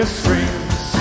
springs